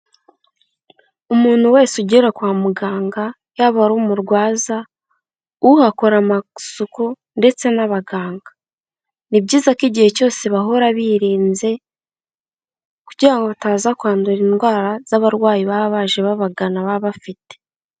Umuntu wese ugera kwa muganga yaba ari umurwaza, uhakora amasuku, ndetse n'abaganga, ni byiza ko igihe cyose bahora birinze, kugira ngo bataza kwandura indwara z'abarwayi baba baje babagana baba bafite.